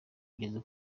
ngeze